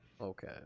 okay